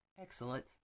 Excellent